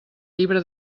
llibre